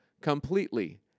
completely